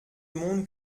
monde